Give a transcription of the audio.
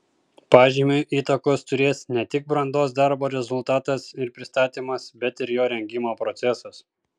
pažymiui įtakos turės ne tik brandos darbo rezultatas ir pristatymas bet ir jo rengimo procesas